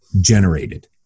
generated